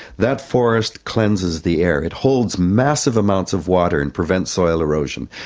that forest cleanses the air. it holds massive amounts of water and prevents soil erosion.